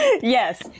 Yes